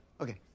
Okay